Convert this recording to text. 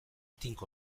tinko